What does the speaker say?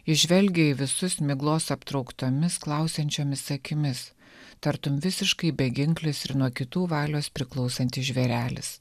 ji žvelgė į visus miglos aptrauktomis klausiančiomis akimis tartum visiškai beginklis ir nuo kitų valios priklausantis žvėrelis